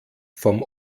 vom